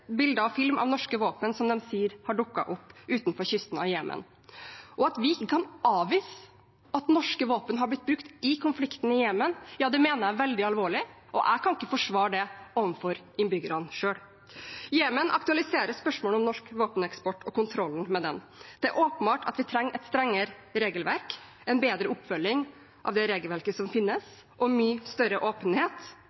og film av norske våpen som de sier har dukket opp utenfor kysten av Jemen. At vi ikke kan avvise at norske våpen har blitt brukt i konflikten i Jemen, mener jeg er veldig alvorlig. Jeg kan ikke forsvare det overfor innbyggerne selv. Jemen aktualiserer spørsmålet om norsk våpeneksport og kontrollen med den. Vi trenger åpenbart et strengere regelverk, bedre oppfølging av regelverket som finnes,